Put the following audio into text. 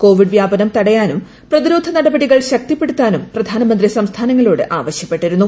Covid വ്യാപനം തടയാനും പ്രതിരോധ നടപടികൾ ശക്തിപ്പെടുത്താനും പ്രധാനമുന്ത്രി സംസ്ഥാനങ്ങളോട് ആവശ്യപ്പെട്ടിരുന്നു